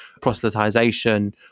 proselytization